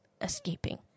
escaping